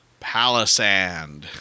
Palisand